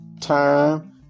time